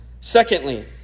Secondly